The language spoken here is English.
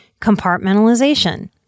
Compartmentalization